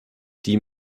die